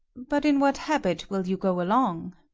but in what habit will you go along?